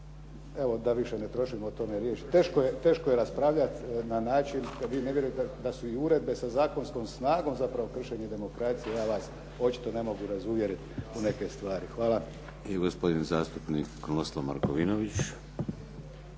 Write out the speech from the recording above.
evo da više ne trošim o tome riječ, teško je raspravljati na način da vi ne vjerujete da su i uredbe sa zakonskom snagom zapravo kršenje demokracije. Ja vas očito ne mogu razuvjeriti u neke stvari. Hvala.